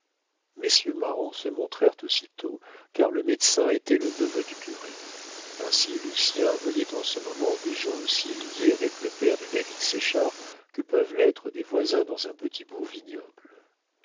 marron se montrèrent aussitôt car le médecin était le neveu du curé ainsi lucien voyait en ce moment des gens aussi liés avec le père de david séchard que peuvent l'être des voisins dans un petit bourg vignoble